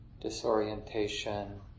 disorientation